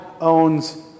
owns